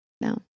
no